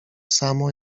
samo